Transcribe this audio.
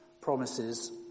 promises